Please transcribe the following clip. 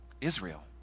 Israel